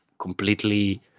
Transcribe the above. completely